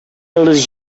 йолдыз